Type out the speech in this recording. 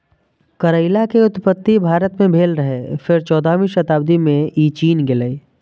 करैला के उत्पत्ति भारत मे भेल रहै, फेर चौदहवीं शताब्दी मे ई चीन गेलै